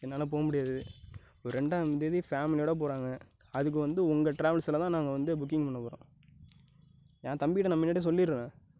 என்னால் போக முடியாது ஓர் ரெண்டாம் தேதி ஃபேமிலியோடு போகிறாங்க அதுக்கு வந்து உங்க டிராவல்ஸில்தான் நாங்கள் வந்து புக்கிங் பண்ண போகிறோம் என் தம்பிகிட்டே நான் முன்னடியே சொல்லிடுவேன்